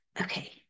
Okay